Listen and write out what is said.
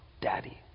daddy